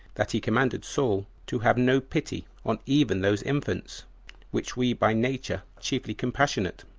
that he commanded saul to have no pity on even those infants which we by nature chiefly compassionate